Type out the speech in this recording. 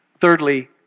thirdly